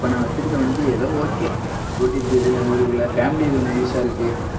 இப்போ நான் வைச்சுருக்க வண்டி ஏதோ ஓகே ஓட்டிகிட்டு திரிகிறேன் ஊருக்குள்ளே ஃபேமிலிக்கு கொஞ்சம் யூஸாக இருக்குது